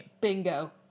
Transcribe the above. Bingo